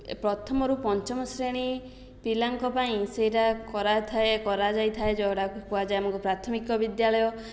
ପ୍ରଥମରୁ ପଞ୍ଚମ ଶ୍ରେଣୀ ପିଲାଙ୍କ ପାଇଁ ସେଇଟା କରାଥାଏ କରାଯାଇଥାଏ ଯେଉଁଟାକୁ କୁହାଯାଏ ଆମକୁ ପ୍ରାଥମିକ ବିଦ୍ୟାଳୟ